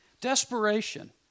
Desperation